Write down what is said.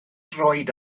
droed